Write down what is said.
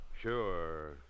Sure